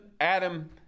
Adam